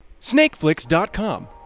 Snakeflix.com